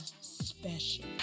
special